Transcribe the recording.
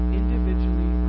individually